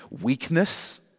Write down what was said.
weakness